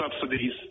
subsidies